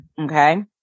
okay